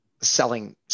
selling